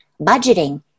budgeting